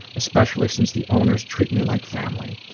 especially since the owners treat me like family.